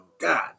God